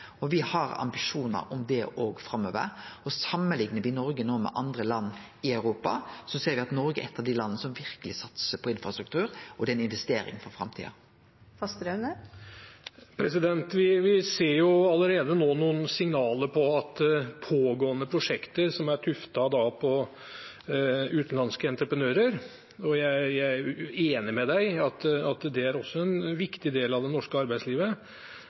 har ambisjonar om det også framover, og samanliknar me Noreg no med andre land i Europa, ser me at Noreg er eit av dei landa som verkeleg satsar på infrastruktur, og det er ei investering for framtida. Vi ser allerede nå noen signaler på at i pågående prosjekter som har utenlandske entreprenører – og jeg er enig med statsråden i at det er en viktig del av det norske arbeidslivet